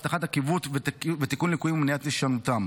הבטחת עקיבות ותיקון ליקויים ומניעת הישנותם.